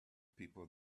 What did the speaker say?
people